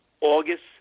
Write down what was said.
August